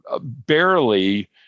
barely